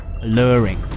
alluring